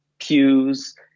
pews